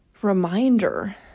Reminder